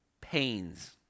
pains